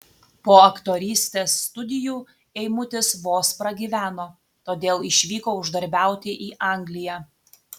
po aktorystės studijų eimutis vos pragyveno todėl išvyko uždarbiauti į angliją